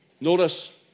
Notice